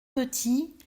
petit